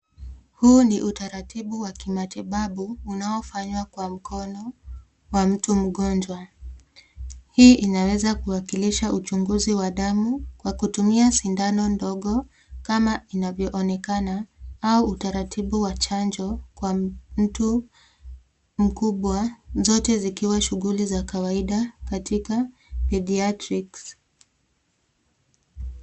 Huu ni utaratibu wa kimatibabu unaofanywa kwa mkono wa mtu mgonjwa. Hii inaweza kuwakilisha uchunguzi wa damu kwa kutumia sindano ndogo kama inavyoonekana au utaratibu wa chanjo kwa mtu mkubwa zote zikiwa shughuli za kawaida katika pediatrics .